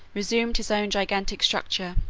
resumed his own gigantic stature,